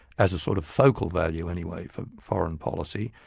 as a sort of focal value anyway for foreign policy.